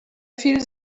feel